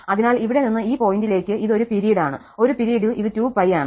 അതിനാൽ ഇവിടെ നിന്ന് ഈ പോയിന്റിലേക്ക് ഇത് ഒരു പിരീഡാണ്ഒരു പിരീഡിൽ ഇത് 2π ആണ്